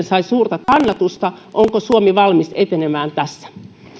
sai suurta kannatusta onko suomi valmis etenemään tässä